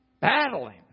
battling